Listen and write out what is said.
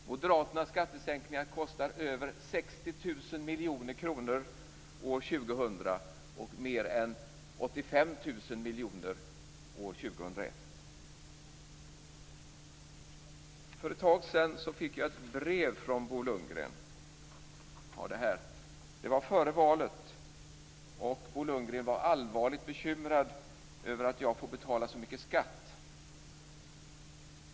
Moderaternas skattesänkningar kostar över 60 000 miljoner kronor år 2000 och mer än 85 000 miljoner kronor år 2001. För ett tag sedan fick jag ett brev fån Bo Lundgren. Jag har det här. Det var före valet, och Bo Lundgren var allvarligt bekymrad över att jag får betala så mycket skatt.